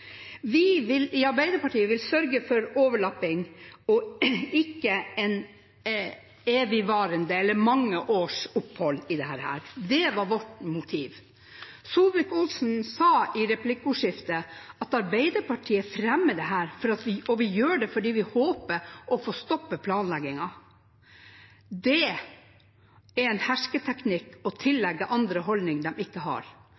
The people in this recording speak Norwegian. dessverre vil oppstå. Det er de som lever av fiskerinæringen, som sier det. Vi i Arbeiderpartiet vil sørge for overlapping og at det ikke blir mange års opphold i dette. Det er vårt motiv. Solvik-Olsen sa i replikkordskiftet at Arbeiderpartiet fremmer dette fordi vi håper å stoppe planleggingen. Det er en hersketeknikk å tillegge andre holdninger de ikke har.